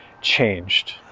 changed